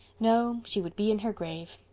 no, she would be in her grave.